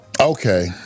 okay